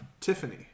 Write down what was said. Tiffany